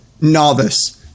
novice